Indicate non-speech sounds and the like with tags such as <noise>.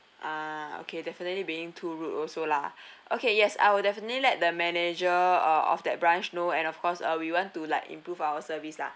ah okay definitely being too rude also lah <breath> okay yes I will definitely let the manager of that branch know and of course uh we want to like improve our service lah